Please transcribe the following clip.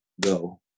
go